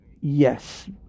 Yes